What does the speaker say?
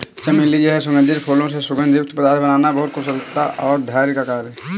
चमेली जैसे सुगंधित फूलों से सुगंध युक्त पदार्थ बनाना बहुत कुशलता और धैर्य का कार्य है